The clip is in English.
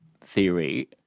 theory